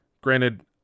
Granted